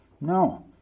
no